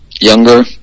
younger